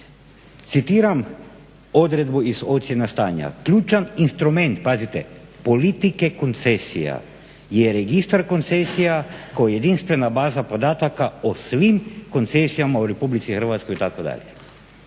Citiram odredbu iz ocjena stanja: Ključan instrument, pazite, politike koncesija je Registar koncesija kao jedinstvena baza podataka o svim koncesijama u Republici Hrvatskoj itd.